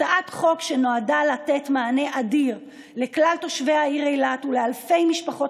הצעת חוק שנועדה לתת מענה אדיר לכל תושבי העיר אילת ולאלפי המשפחות